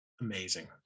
amazing